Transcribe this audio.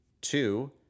Two